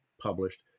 published